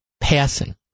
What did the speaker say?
passing